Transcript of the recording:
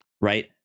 Right